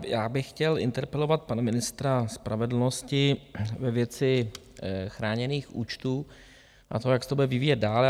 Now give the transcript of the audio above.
Já bych chtěl interpelovat pana ministra spravedlnosti ve věci chráněných účtů a toho, jak se to bude vyvíjet dál.